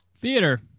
Theater